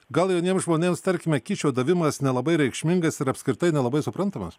gal jauniems žmonėms tarkime kyšio davimas nelabai reikšmingas ir apskritai nelabai suprantamas